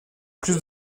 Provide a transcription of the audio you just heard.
plus